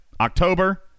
October